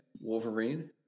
Wolverine